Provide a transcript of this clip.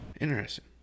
Interesting